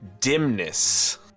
Dimness